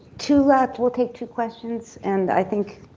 two left. we'll take two questions and i think,